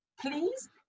please